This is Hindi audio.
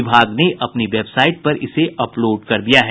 विभाग ने अपनी वेबसाइट पर इसे अपलोड कर दिया है